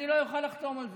אני לא אוכל לחתום על זה.